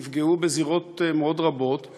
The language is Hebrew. נפגעו בזירות רבות מאוד.